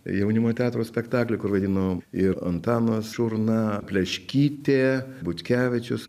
jaunimo teatro spektakly kur vaidino ir antanas šurna pleškytė butkevičius